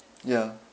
ya